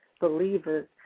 believers